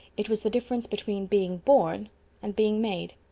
it was the difference between being born and being made.